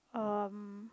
um